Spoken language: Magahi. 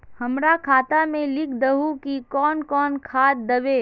हमरा खाता में लिख दहु की कौन कौन खाद दबे?